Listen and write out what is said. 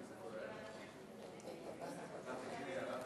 שלוש דקות לרשותך, גברתי.